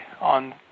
on